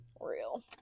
real